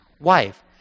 wife